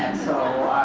and so